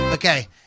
Okay